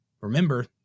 remember